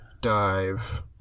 dive